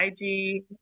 IG